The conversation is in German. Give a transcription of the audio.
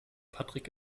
patrick